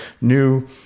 new